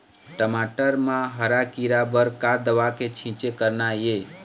टमाटर म हरा किरा बर का दवा के छींचे करना ये?